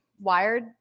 wired